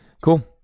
Cool